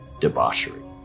debauchery